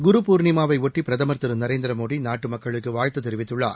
குரு பூர்ணிமாவையொட்டி பிரதமர் திரு நரேநதிரமோடி நாட்டு மக்களுக்கு வாழ்த்து தெரிவித்துள்ளார்